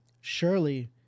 Surely